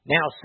Now